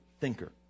thinker